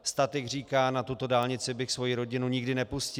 Statik říká, na tuto dálnici bych svoji rodinu nikdy nepustil.